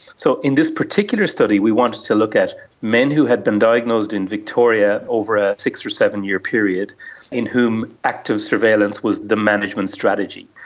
so in this particular study we wanted to look at men who had been diagnosed in victoria over a six or seven year period in whom active surveillance was the management strategy.